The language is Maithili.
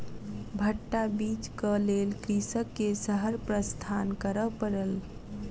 भट्टा बीजक लेल कृषक के शहर प्रस्थान करअ पड़ल